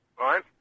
right